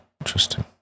Interesting